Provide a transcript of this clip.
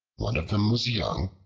one of them was young,